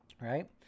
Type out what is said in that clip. right